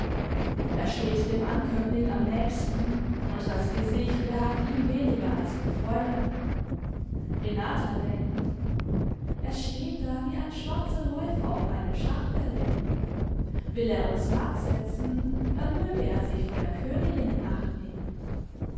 er steht dem ankömmling am nächsten und das gesicht behagt ihm weniger als dem fräulein renata denkt er steht da wie ein schwarzer läufer auf einem schachfelde will er uns matt setzen dann möge er sich vor der königin in acht nehmen